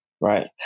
Right